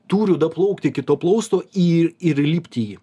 turiu daplaukti iki to plausto į ir įlipti į jį